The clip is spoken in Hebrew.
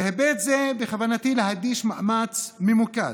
בהיבט זה בכוונתי להקדיש מאמץ ממוקד,